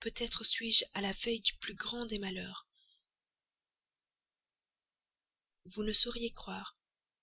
peut-être suis-je à la veille du plus grand des malheurs vous ne sauriez croire